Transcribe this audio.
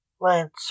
Lance